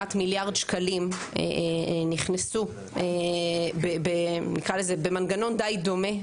כמעט מיליארד שקלים נכנסו במנגנון די דומה.